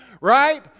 right